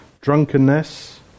drunkenness